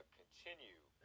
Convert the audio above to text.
continue